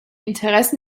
interessen